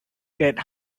great